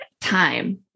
time